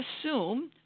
assume